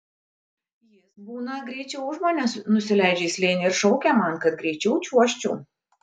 jis būna greičiau už mane nusileidžia į slėnį ir šaukia man kad greičiau čiuožčiau